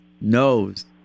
knows